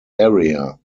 area